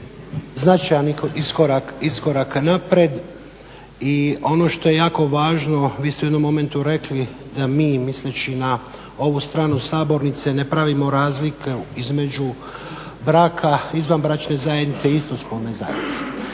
značajan iskorak naprijed i ono što je jako važno, vi ste u jednom momentu rekli da mi misleći na ovu stranu sabornice, ne pravimo razliku između braka, izvanbračne zajednice, istospolne zajednice.